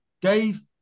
Dave